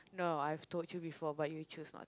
no I've told you before you choose not